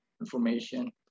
information